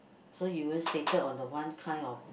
so you won't sated on the one kind of